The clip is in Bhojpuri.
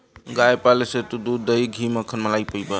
गाय पाले से तू दूध, दही, घी, मक्खन, मलाई पइबा